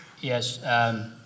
Yes